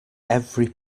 every